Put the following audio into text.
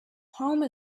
home